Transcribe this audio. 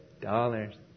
dollars